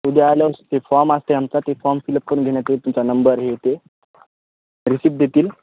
उद्या आलं ते फॉर्म असते आमचा ते फॉर्म फिलप करून देण्या ते तुमचा नंबर हे येत रिसिप्ट देतील